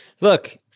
Look